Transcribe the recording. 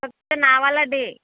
फक्त नावाला डे